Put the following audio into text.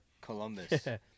Columbus